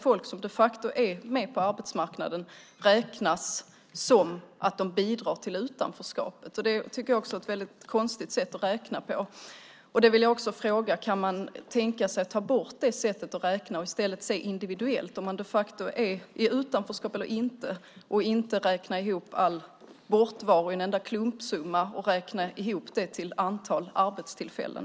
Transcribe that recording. Folk som de facto är med på arbetsmarknaden räknas som att de bidrar till utanförskapet. Det tycker jag är ett väldigt konstigt sätt att räkna på. Kan man tänka sig att ta bort det sättet att räkna och i stället se individuellt - om man är i utanförskap eller inte - och inte räkna ihop all bortovaro i en enda klumpsumma och räkna ihop det till ett antal arbetstillfällen?